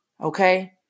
Okay